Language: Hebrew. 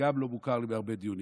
שגם לא מוכר לי מהרבה דיונים: